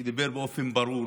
שדיבר באופן ברור